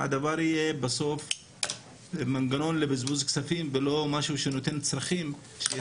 זה יהיה מנגנון לבזבוז כספים ולא משהו שיענה לצרכים.